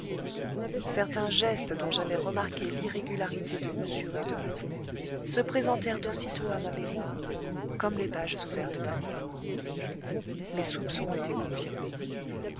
certains gestes dont j'avais remarqué l'irrégularité de mesure et de mouvement se présentèrent aussitôt à ma mémoire comme les pages ouvertes d'un livre mes soupçons étaient confirmés